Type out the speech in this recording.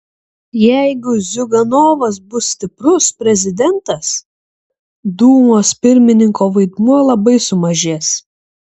jeigu ziuganovas bus stiprus prezidentas dūmos pirmininko vaidmuo labai sumažės